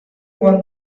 won